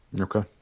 Okay